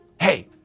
hey